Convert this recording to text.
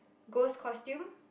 ghost costumes